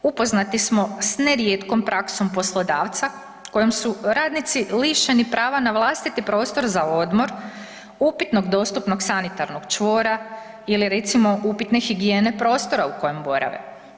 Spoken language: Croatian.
Upoznati smo s nerijetkom praksom poslodavca kojom su radnici lišeni prava na vlastiti prostor za odmor, upitnog dostupnog sanitarnog čvora ili recimo upitne higijene prostora u kojem borave.